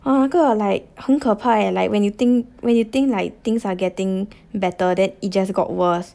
ah cause I like 很可怕 eh like when you think when you think like things are getting better than it just got worse